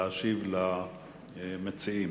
להשיב למציעים.